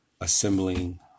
assembling